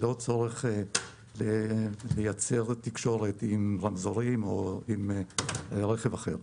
ללא צורך לייצר תקשורת עם רמזורים או עם רכב אחר.